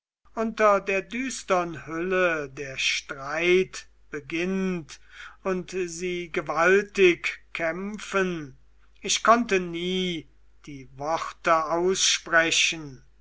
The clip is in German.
unter der düstern hülle der streit beginnt und sie gewaltig kämpfen ich konnte nie die worte aussprechen